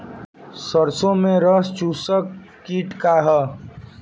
सरसो में रस चुसक किट का ह?